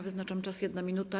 Wyznaczam czas - 1 minuta.